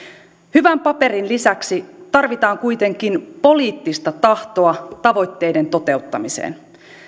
hyvän paperin lisäksi tarvitaan kuitenkin poliittista tahtoa tavoitteiden toteuttamiseen